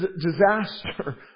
disaster